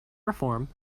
reform